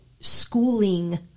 schooling